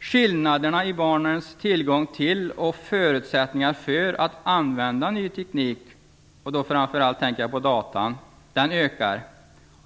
Skillnaderna när det gäller barnens tillgång till och förutsättningar för att använda ny teknik - jag tänker framför allt på datorer - ökar.